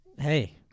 Hey